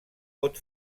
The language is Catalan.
pot